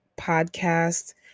podcast